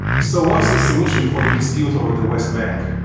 so what's the solution for the dispute over the west bank?